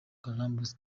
columbus